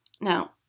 Now